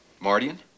Mardian